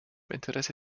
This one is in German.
interesse